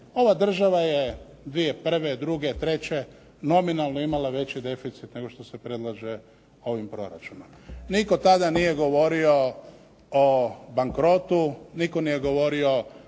Ova država je 2001., druge, treće nominalno imala veći deficit nego što se predlaže ovim proračunom. Nitko tada nije govorio o bankrotu, nitko nije govorio